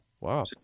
wow